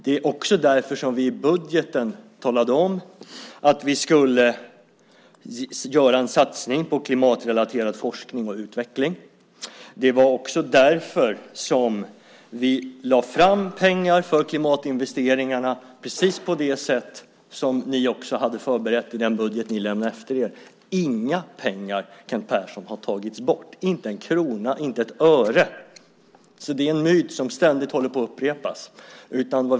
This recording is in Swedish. Det är också därför som vi i budgeten talade om att vi skulle göra en satsning på klimatrelaterad forskning och utveckling. Det var därför vi lade fram pengar för klimatinvesteringarna, precis på det sätt som ni hade förberett i den budget ni lämnade efter er. Inga pengar har tagits bort, Kent Persson, inte en krona, inte ett öre. Det är en myt som ständigt upprepas.